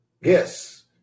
Yes